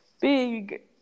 big